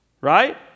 right